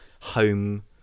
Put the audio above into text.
home